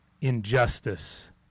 injustice